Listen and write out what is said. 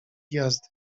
jazdy